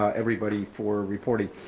ah everybody for reporting.